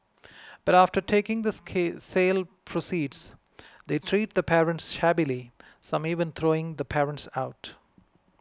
but after taking the sale proceeds they treat the parents shabbily some even throwing the parents out